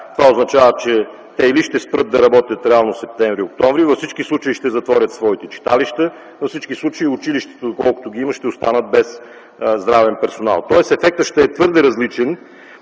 Това означава, че те или ще спрат да работят реално септември – октомври, във всички случаи ще затворят своите читалища, във всички случаи училищата, доколкото ги има, ще останат без здравен персонал. Тоест ефектът ще е твърде различен